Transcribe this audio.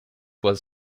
was